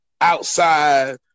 outside